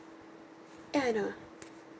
ya I know